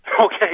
okay